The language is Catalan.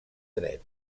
dret